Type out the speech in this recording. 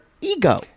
ego